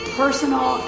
personal